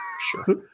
sure